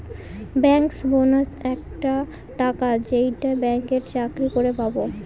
bankers bonus একটা টাকা যেইটা ব্যাঙ্কে চাকরি করে পাবো